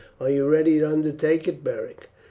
are you ready to undertake it, beric?